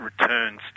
Returns